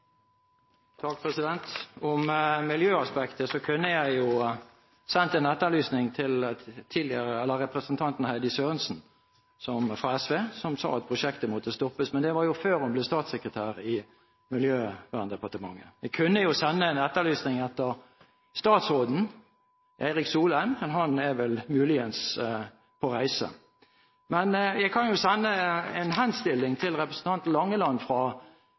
Heidi Sørensen fra SV, som sa at prosjektet måtte stoppes. Men det var før hun ble statssekretær i Miljøverndepartementet. Jeg kunne sende en etterlysning etter statsråden, Erik Solheim, men han er vel muligens på reise. Men jeg kan sende en henstilling til representanten Langeland fra